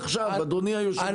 אדוני היושב-ראש.